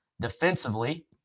defensively